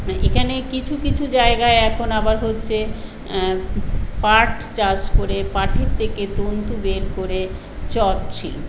এখানে কিছু কিছু জায়গায় এখন আবার হচ্ছে পাট চাষ করে পাটের থেকে তন্তু বের করে চট শিল্প